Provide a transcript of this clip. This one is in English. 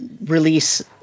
release